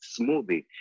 smoothie